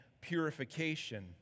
purification